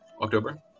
October